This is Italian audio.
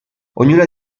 ognuna